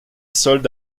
sold